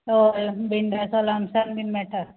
हय भिंडा साल आमटान बीन मेळटा